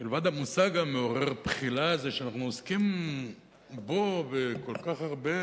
מלבד המושג המעורר בחילה הזה שאנחנו עוסקים בו בכל כך הרבה